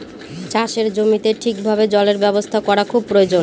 চাষের জমিতে ঠিক ভাবে জলের ব্যবস্থা করা খুব প্রয়োজন